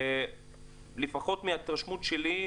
לפחות מההתרשמות שלי,